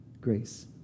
grace